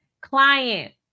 Client